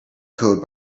code